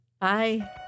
Bye